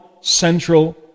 central